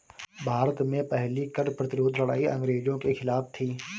भारत में पहली कर प्रतिरोध लड़ाई अंग्रेजों के खिलाफ थी